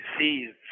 seized